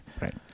Right